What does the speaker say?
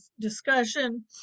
discussion